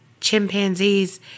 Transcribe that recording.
chimpanzees